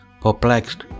perplexed